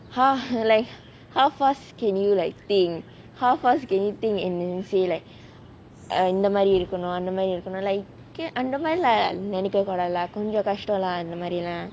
how like how fast can you like think how fast can you think and then say இந்த மாரி இருக்கனும் அந்த மாரி இருக்கனும்:intha maari irukanum antha maari irukanum like அந்த மாரிலாம் நெனைக்க கூடாது:antha maarilaam nenaika kudaathu lah கொஞ்ச கஷ்டம்:konja kashtam lah அந்த மாரி:antha maari lah